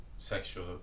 sexual